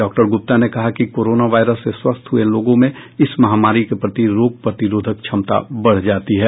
doctor Gupta ने कहा कि कोरोना वायरस से स्वस्थ हुये लोगों में इस महामारी के प्रति रोग प्रतिरोधक क्षमता बढ़ जाती है